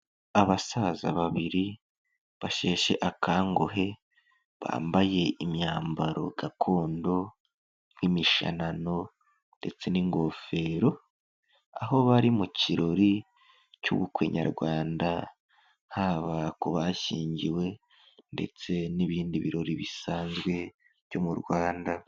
Abasaza babiri basheshe akanguhe bambaye imyambaro gakondo nk'imishanano ndetse n'ingofero, aho bari mu kirori cy'ubukwe Nyarwanda, haba ku bashyingiwe ndetse n'ibindi birori bisanzwe byo mu Rwanda.